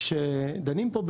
כשדנים פה,